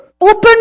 open